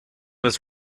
his